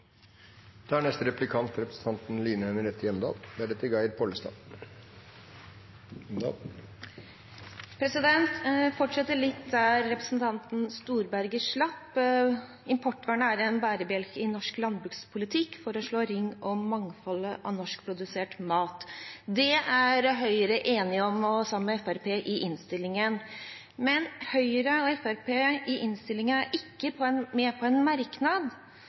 der representanten Storberget slapp. Importvernet er en bærebjelke i norsk landbrukspolitikk for å slå ring om mangfoldet av norskprodusert mat. Det er Høyre og Fremskrittspartiet enige om i innstillingen. Men Høyre og Fremskrittspartiet er i innstillingen ikke med på en merknad